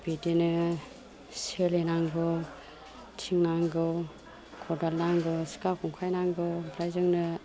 बिदिनो सोलिनांगौ थिं नांगौ खदाल नांगौ सिखा खंखाय नांगौ ओमफ्राय जोंनो